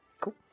Cool